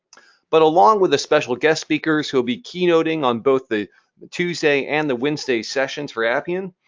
but along with the special guest speakers who will be keynoting on both the the tuesday and the wednesday sessions for appian,